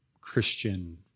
Christian